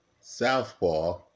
southpaw